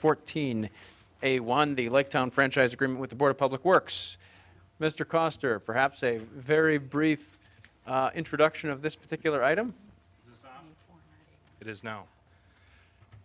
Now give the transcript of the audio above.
fourteen a one day like town franchise agreement with the board of public works mr coster perhaps a very brief introduction of this particular item it is now